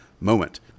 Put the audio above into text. moment